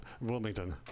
Wilmington